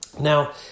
Now